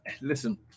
listen